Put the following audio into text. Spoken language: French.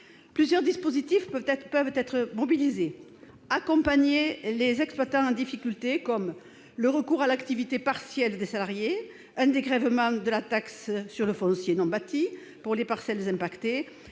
Plusieurs dispositifs peuvent être mobilisés pour accompagner les exploitants en difficulté. Il s'agit notamment du recours à l'activité partielle pour les salariés, du dégrèvement de la taxe sur le foncier non bâti pour les parcelles touchées,